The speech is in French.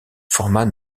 format